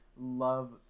love